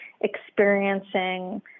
experiencing